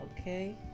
Okay